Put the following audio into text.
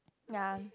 ya